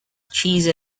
cheese